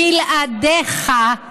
בלעדיך,